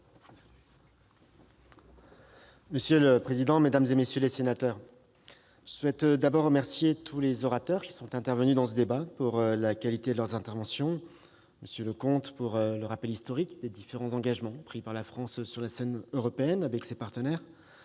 Monsieur le président, mesdames, messieurs les sénateurs, je souhaite tout d'abord remercier tous les orateurs qui sont intervenus dans ce débat de la qualité de leurs interventions : M. Leconte, du rappel historique des différents engagements pris par la France sur la scène européenne avec ses partenaires